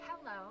hello